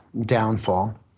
downfall